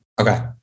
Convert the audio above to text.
Okay